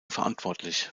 verantwortlich